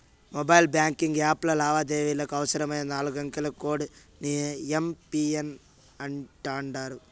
mobile banking యాప్ల లావాదేవీలకి అవసరమైన నాలుగంకెల కోడ్ ని ఎమ్.పిన్ అంటాండారు